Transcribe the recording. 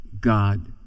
God